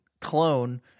clone